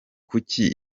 kuki